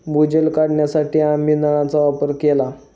भूजल काढण्यासाठी आम्ही नळांचा वापर केला